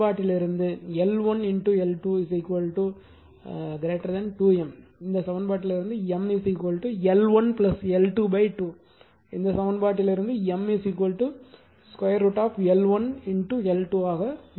இந்த சமன்பாட்டிலிருந்து L1 L2 2 M இந்த சமன்பாட்டிலிருந்து M L1 L2 2 இந்த சமன்பாட்டிலிருந்து M √ L1L2 உள்ளது